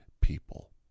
people